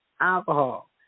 alcohol